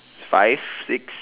five six